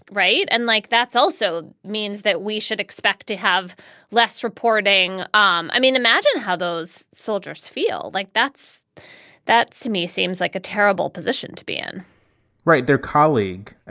right. and like, that's also means that we should expect to have less reporting. um i mean, imagine how. those soldiers feel like that's that to me seems like a terrible position to be in right. their colleague.